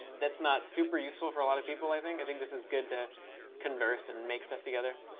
that's not super useful for a lot of people, i think. i think this is good to converse and make stuff together.